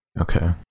Okay